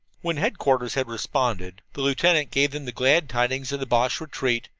when headquarters had responded, the lieutenant gave them the glad tidings of the boche retreat.